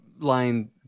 Line